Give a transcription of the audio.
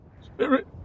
Spirit